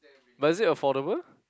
but is it affordable